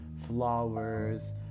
flowers